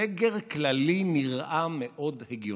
סגר כללי נראה מאוד הגיוני.